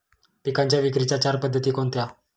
पिकांच्या विक्रीच्या चार पद्धती कोणत्या?